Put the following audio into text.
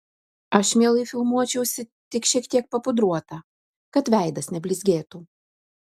aš mielai filmuočiausi tik šiek tiek papudruota kad veidas neblizgėtų